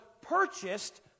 purchased